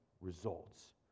results